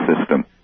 system